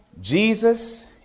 Jesus